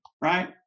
right